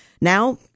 Now